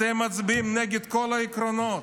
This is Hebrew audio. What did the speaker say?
אתם מצביעים נגד כל העקרונות.